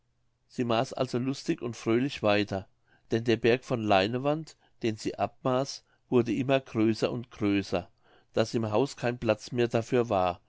sie maß also lustig und fröhlich weiter denn der berg von leinewand den sie abmaß wurde immer größer und größer daß im hause kein platz mehr dafür war